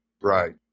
right